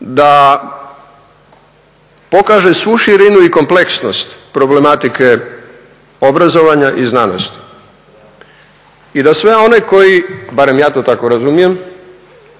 da pokaže svu širinu i kompleksnost problematike obrazovanja i znanosti. I da sve one koji, barem ja to tako razumijem,